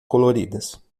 coloridas